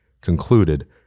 concluded